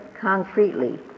concretely